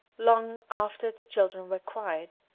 long after the children were quiet,